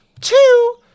Two